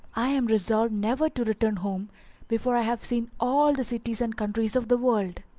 i am resolved never to return home before i have seen all the cities and countries of the world.